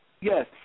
Yes